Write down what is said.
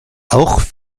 auch